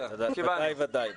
בוודאי.